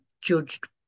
judged